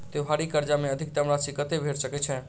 त्योहारी कर्जा मे अधिकतम राशि कत्ते भेट सकय छई?